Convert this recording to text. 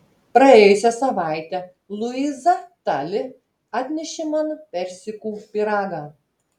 praėjusią savaitę luiza tali atnešė man persikų pyragą